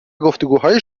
گفتگوهای